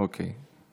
אוקיי.